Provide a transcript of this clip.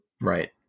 Right